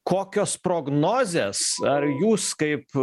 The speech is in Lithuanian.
kokios prognozės ar jūs kaip